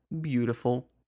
beautiful